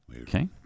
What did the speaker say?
Okay